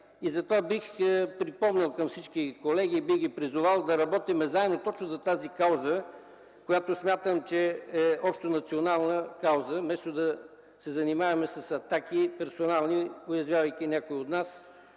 Затова бих припомнил на всички колеги и бих ги призовал да работим заедно точно за тази кауза, защото смятам, че тя е общонационална кауза, вместо да се занимаваме с персонални атаки, унижавайки някои от нас